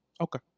Okay